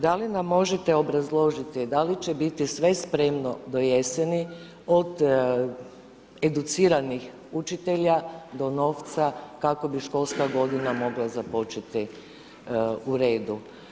Da li nam možete obrazložiti da li će biti sve spremno do jeseni, od educiranih učitelja do novca kako bi školska godina mogla započeti u redu?